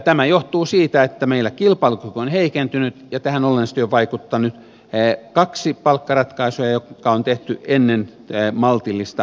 tämä johtuu siitä että meillä kilpailukyky on heikentynyt ja tähän olennaisesti ovat vaikuttaneet kaksi palkkaratkaisua jotka on tehty ennen maltillista tulopoliittista ratkaisua